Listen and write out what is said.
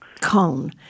cone